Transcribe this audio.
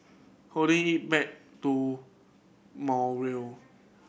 holding it make to more will